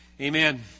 Amen